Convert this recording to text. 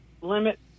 limit